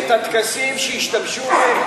את הטקסים שהשתמשו בהם,